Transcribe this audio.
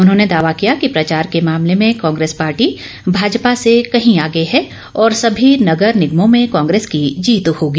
उन्होंने दावा किया कि प्रचार के मामले में कांग्रेस पार्टी भाजपा से कहीं आगे हैं और सभी नगर निगमों में कांग्रेस की जीत होगी